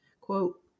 quote